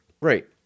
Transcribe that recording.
Right